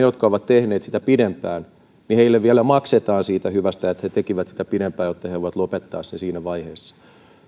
jotka ovat tehneet sitä pidempään vielä maksetaan siitä hyvästä että he tekivät sitä pidempään jotta he voivat lopettaa sen siinä vaiheessa